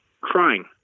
crying